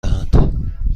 دهند